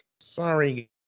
Sorry